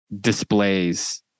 displays